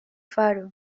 faro